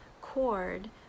cord